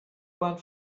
bahn